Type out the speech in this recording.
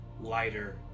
lighter